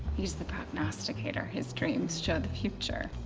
he's the prognosticator. his dreams show the future.